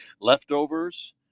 leftovers